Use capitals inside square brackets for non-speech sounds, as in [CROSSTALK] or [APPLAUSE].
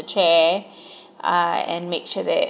chair [BREATH] uh and make sure that